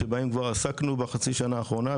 שבהן כבר עסקנו בחצי שנה האחרונה,